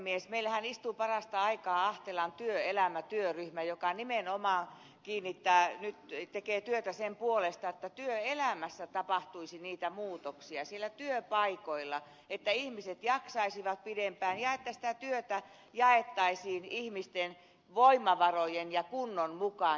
meillähän istuu parasta aikaa ahtelan työelämätyöryhmä joka nimenomaan tekee työtä sen puolesta että työelämässä tapahtuisi niitä muutoksia siellä työpaikoilla että ihmiset jaksaisivat pidempään ja että sitä työtä jaettaisiin ihmisten voimavarojen ja kunnon mukaan